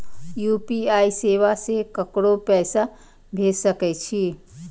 UPI सेवा से ककरो पैसा भेज सके छी?